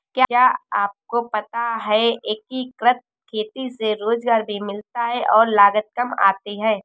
क्या आपको पता है एकीकृत खेती से रोजगार भी मिलता है और लागत काम आती है?